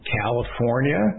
California